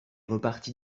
reparti